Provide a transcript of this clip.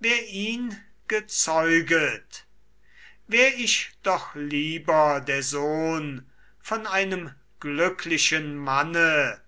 wer ihn gezeuget wär ich doch lieber der sohn von einem glücklichen manne